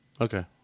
Okay